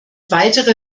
weitere